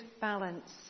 balance